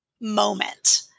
moment